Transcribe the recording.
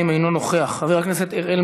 חבר הכנסת מסעוד גנאים,